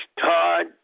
Todd